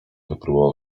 wypróbował